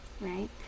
right